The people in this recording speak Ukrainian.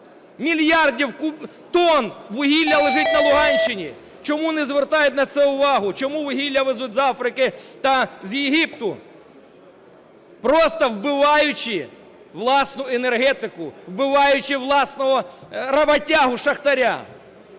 мільярдів тонн вугілля лежить на Луганщині. Чому не звертають на це увагу? Чому вугілля везуть з Африки та з Єгипту? Просто вбиваючи власну енергетику, вбиваючи власного роботягу – шахтаря.